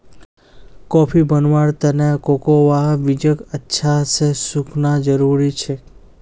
coffee बनव्वार त न कोकोआ बीजक अच्छा स सुखना जरूरी छेक